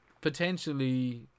potentially